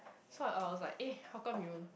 so I was like eh how come you